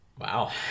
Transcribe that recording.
Wow